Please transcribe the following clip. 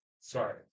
Sorry